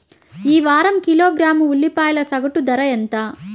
ఈ వారం కిలోగ్రాము ఉల్లిపాయల సగటు ధర ఎంత?